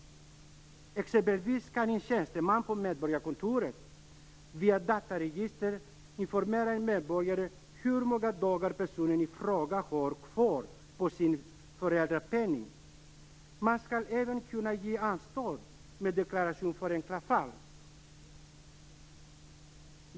En tjänsteman på medborgarkontoret kan t.ex. via dataregister informera en medborgare om hur många dagar personen i fråga har kvar av sin föräldrapenning. Man skall även kunna ge anstånd med deklaration för enkla fall.